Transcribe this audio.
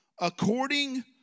according